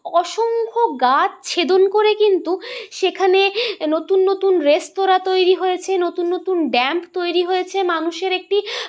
অসংখ্য গাছ ছেদন করে কিন্তু সেখানে নতুন নতুন রেস্তোরাঁ তৈরি হয়েছে নতুন নতুন ড্যাম তৈরি হয়েছে মানুষের একটি